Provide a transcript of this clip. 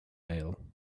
aisle